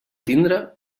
tindre